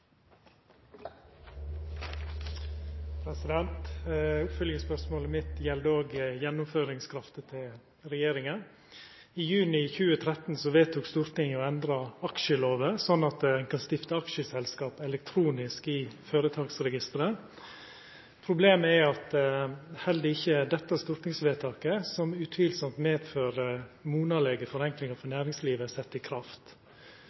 oppfølgingsspørsmålet mitt gjeld gjennomføringskrafta til regjeringa. I juni 2013 vedtok Stortinget å endra aksjelova slik at ein kan stifta aksjeselskap elektronisk i føretaksregisteret. Problemet er at heller ikkje dette stortingsvedtaket, som utvilsamt medfører monalege forenklingar for næringslivet, er sett i